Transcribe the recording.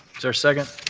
there a second?